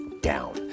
down